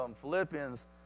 Philippians